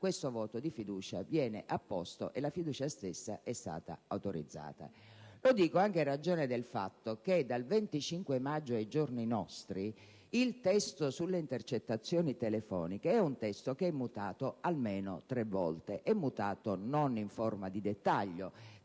questo voto di fiducia viene apposto e rispetto al quale la fiducia stessa è stata autorizzata. Lo dico anche in ragione del fatto che dal 25 maggio ai giorni nostri il testo sulle intercettazioni telefoniche è mutato almeno tre volte e non in forma di dettaglio,